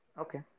okay